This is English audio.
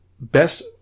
best